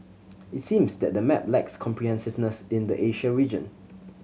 it seems that the map lacks comprehensiveness in the Asia region